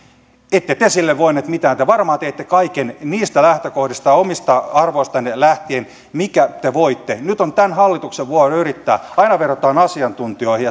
ette te sille voineet mitään te varmaan teitte kaiken niistä lähtökohdista omista arvoistanne lähtien minkä te voitte nyt on tämän hallituksen vuoro yrittää aina vedotaan asiantuntijoihin